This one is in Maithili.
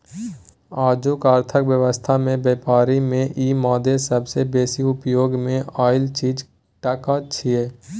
आजुक अर्थक व्यवस्था में ब्यापार में ई मादे सबसे बेसी उपयोग मे आएल चीज टका छिये